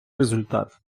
результат